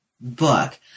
book